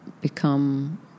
become